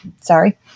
Sorry